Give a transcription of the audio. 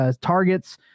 targets